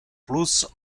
plus